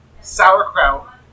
sauerkraut